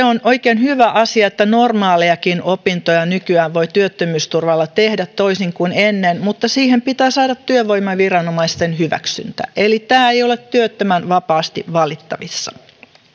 on oikein hyvä asia ja että normaalejakin opintoja nykyään voi työttömyysturvalla tehdä toisin kuin ennen mutta siihen pitää saada työvoimaviranomaisten hyväksyntä eli tämä ei ole työttömän vapaasti valittavissa